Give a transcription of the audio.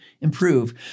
improve